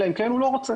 אלא אם כן הוא לא רוצה